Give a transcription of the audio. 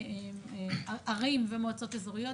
ערים ומועצות אזוריות.